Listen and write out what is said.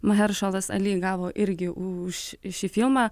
maheršalas ali gavo irgi už šį filmą